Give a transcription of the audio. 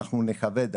אנחנו נכבד.